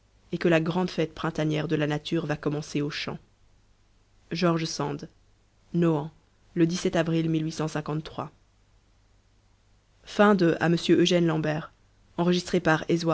et que la grande fête printanière de la nature va commencer aux champs george sand nohant le avril à la